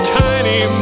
tiny